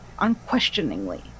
Unquestioningly